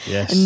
Yes